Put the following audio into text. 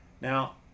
Now